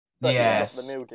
Yes